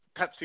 Pepsi